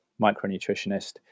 micronutritionist